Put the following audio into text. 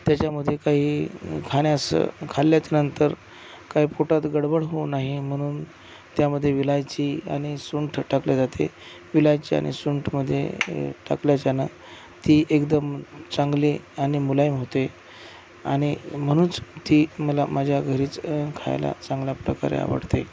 त्याच्यामधे काही खाण्यास खाल्ल्याच्यानंतर काय पोटात गडबड होऊ नये म्हणून त्यामधे विलायची आणि सुंठ टाकले जाते विलायची आणि सुंठमधे टाकलं जाणं ती एकदम चांगली आणि मुलायम होते आणि म्हणूनच ती मला माझ्या घरीच खायला चांगल्या प्रकारे आवडते